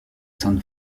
san